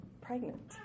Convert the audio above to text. pregnant